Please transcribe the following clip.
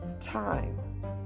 time